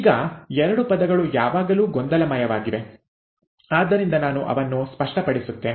ಈಗ ಎರಡು ಪದಗಳು ಯಾವಾಗಲೂ ಗೊಂದಲಮಯವಾಗಿವೆ ಆದ್ದರಿಂದ ನಾನು ಅವನ್ನು ಸ್ಪಷ್ಟಪಡಿಸುತ್ತೇನೆ